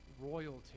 royalty